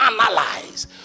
analyze